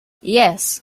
yes